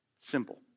Simple